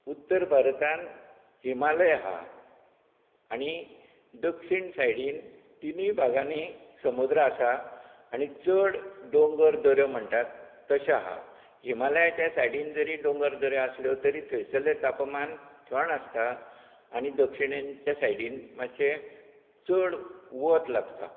उत्तर भारतांत हिमालय आसा आनी दक्षीण सायडीन तिनूय भागांनी समुद्र आसा आनी चड डोंगर दर्यो म्हणटात तशें आसा हिमालयाचें सायडीक जरी दोंगर आसले तरी थंयसले तापमान थंड आसता आनी दक्षिणेचे सायडीन मातशें चड वत लागता